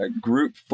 group